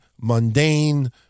mundane